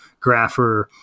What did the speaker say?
Grapher